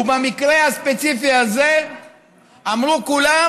ובמקרה הספציפי הזה אמרו כולם: